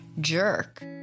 jerk